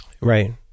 Right